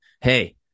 hey